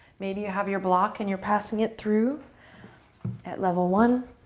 maybe you have your block, and you're passing it through at level one.